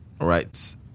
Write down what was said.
Right